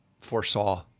foresaw